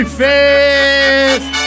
face